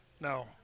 no